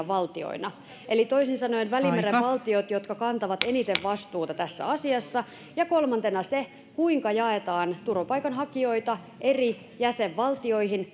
valtioina eli toisin sanoen välimeren valtioita jotka kantavat eniten vastuuta tässä asiassa ja kolmantena se kuinka jaetaan turvapaikanhakijoita eri jäsenvaltioihin